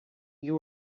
you